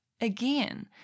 again